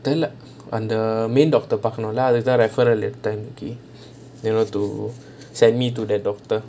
அந்த:antha main doctor பாக்கணும்ல அதுனால தான்:paakanumla athunaala thaan referral எடுத்தேன்இன்னிக்கி:eduthaen innikki nearer to sent me to that doctor